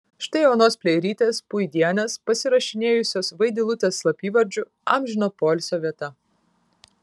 štai onos pleirytės puidienės pasirašinėjusios vaidilutės slapyvardžiu amžino poilsio vieta